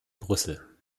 brüssel